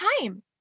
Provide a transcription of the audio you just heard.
time